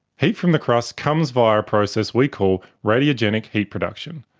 heat from the crust comes via a process we call radiogenic heat production.